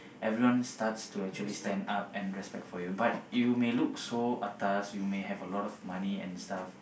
everyone starts to stand up for you but you may look so atas you may have a lot of money and stuff